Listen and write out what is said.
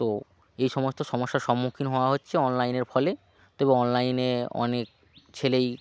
তো এই সমস্ত সমস্যার সম্মুখীন হওয়া হচ্ছে অনলাইনের ফলে তবে অনলাইনে অনেক ছেলেই